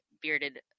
bearded